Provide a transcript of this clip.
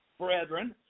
brethren